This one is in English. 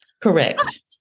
Correct